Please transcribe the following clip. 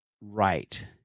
right